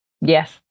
Yes